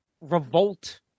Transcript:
revolt